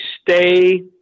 stay